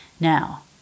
now